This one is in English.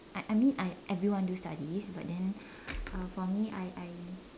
I mean I everyone do studies but then uh for me I I